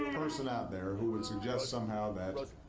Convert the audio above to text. person out there who would suggest somehow that